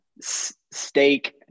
steak